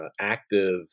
active